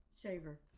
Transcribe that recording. shaver